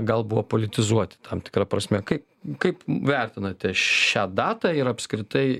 gal buvo politizuoti tam tikra prasme kaip kaip vertinate šią datą ir apskritai